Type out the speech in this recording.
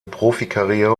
profikarriere